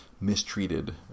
mistreated